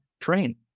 train